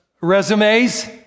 resumes